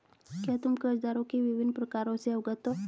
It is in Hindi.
क्या तुम कर्जदारों के विभिन्न प्रकारों से अवगत हो?